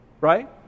right